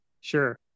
Sure